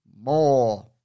more